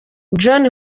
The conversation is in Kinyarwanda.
john